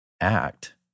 act